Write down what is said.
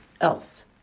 else